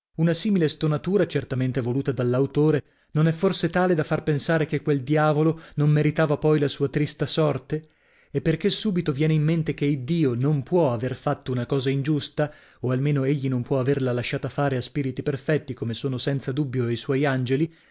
una simile stonatura certamente voluta dall'autore non è forse tale da far pensare che quel diavolo non meritava poi la sua trista sorte e perchè subito viene in mente che iddio non può aver fatto una cosa ingiusta o almeno egli non può averla lasciata fare a spiriti perfetti come sono senza dubbio i suoi angeli